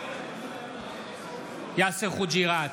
בעד יאסר חוג'יראת,